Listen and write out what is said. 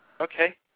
Okay